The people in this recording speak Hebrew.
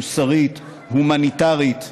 מוסרית, הומניטרית,